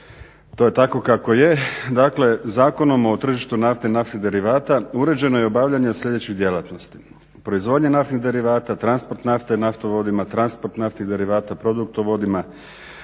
to je tako kako je. Dakle, Zakonom o tržištu nafte i naftnih derivata uređeno je obavljanje i sljedećih djelatnosti: proizvodnja naftnih derivata, transport nafte i naftovodima, transport nafte i derivata produktovodima,